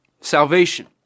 salvation